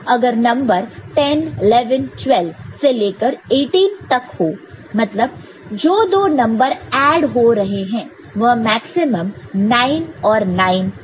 अगर नंबर 10 11 12 से लेकर 18 तक हो मतलब जो दो नंबर ऐड हो रहे हैं वह मैक्सिमम 9 और 9 है